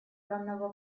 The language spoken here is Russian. данного